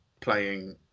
playing